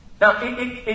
Now